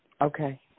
Okay